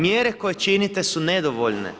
Mjere koje činite su nedovoljne.